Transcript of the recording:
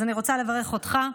אני רוצה לברך אותך,